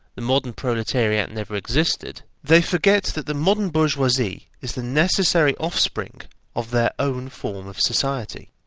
the modern proletariat never existed, they forget that the modern bourgeoisie is the necessary offspring of their own form of society.